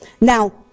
Now